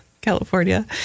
California